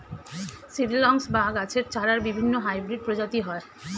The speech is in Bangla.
সিড্লিংস বা গাছের চারার বিভিন্ন হাইব্রিড প্রজাতি হয়